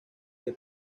que